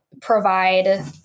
provide